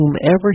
whomever